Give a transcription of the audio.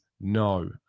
no